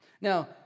Now